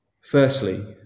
Firstly